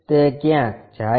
તે ક્યાંક જાય છે